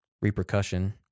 repercussion